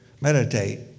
meditate